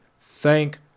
Thank